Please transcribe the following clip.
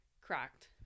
cracked